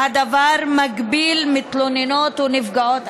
והדבר מגביל מתלוננות ונפגעות,